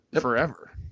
forever